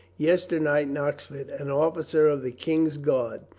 yesternight in oxford an officer of the king's guard,